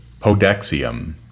Podexium